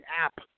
app